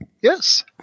Yes